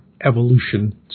evolution